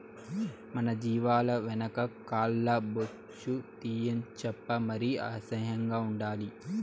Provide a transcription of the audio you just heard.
మన జీవాల వెనక కాల్ల బొచ్చు తీయించప్పా మరి అసహ్యం ఉండాలి